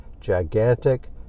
gigantic